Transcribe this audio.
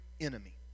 enemy